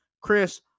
Chris